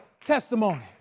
testimony